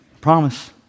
promise